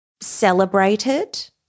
celebrated